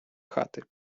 хати